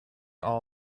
all